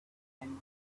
bind